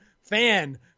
fan